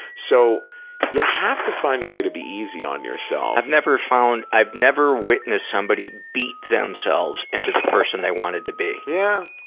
so you yeah have to find a way to be easy on yourself. i've never found, i've never witnessed somebody beat themselves into the person they wanted to be. yeah.